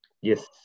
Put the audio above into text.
Yes